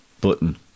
button